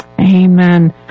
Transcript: Amen